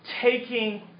taking